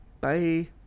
Bye